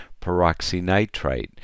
peroxynitrite